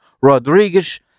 Rodriguez